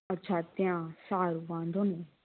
અચ્છા ત્યાં સારું વાંધો નહીં